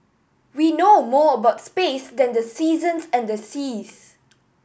we know more about space than the seasons and the seas